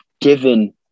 given